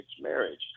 marriage